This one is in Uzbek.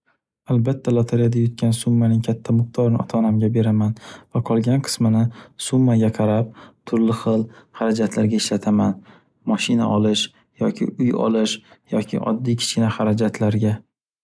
Albatta lotareyada yutgan summaning katta miqdorini ota-onamga beraman. Va qolgan qismini summaga qarab turli xil harajatlarga ishlataman. Moshina olish yoki uy olish yoki oddiy kichkina harajatlarga.